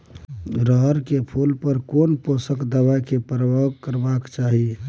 रहर के फूल पर केना पोषक दबाय के प्रयोग करबाक चाही?